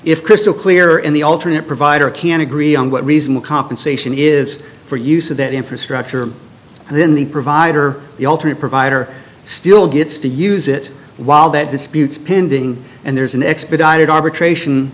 if crystal clear in the alternate provider can agree on what reasonable compensation is for use of that infrastructure then the provider the ultimate provider still gets to use it while that disputes pending and there's an expedited arbitration